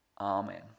Amen